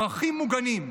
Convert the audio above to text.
פרחים מוגנים.